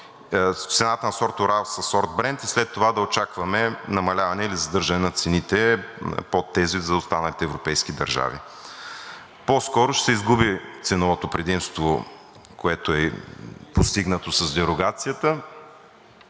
цената на сорт „Брент“ и след това да очакваме намаляване или задържане на цените под тези за останалите европейски държави. По-скоро ще се изгуби ценовото предимство, което е постигнато с дерогацията